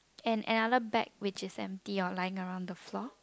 and another bag which is empty or lying around the floor